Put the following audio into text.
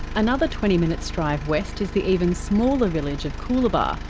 another twenty minutes drive west is the even smaller village of coolabah.